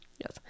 yes